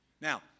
Now